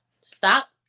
stop